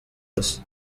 hasi